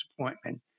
appointment